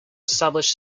establish